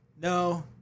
No